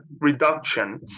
reduction